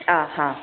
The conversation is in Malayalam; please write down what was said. ആ ആ